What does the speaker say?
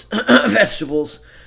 vegetables